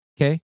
Okay